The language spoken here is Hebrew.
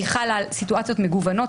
היא חלה על סיטואציות מגוונות,